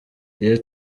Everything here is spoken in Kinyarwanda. iyo